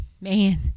man